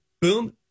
Boom